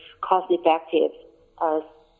cost-effective